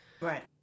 Right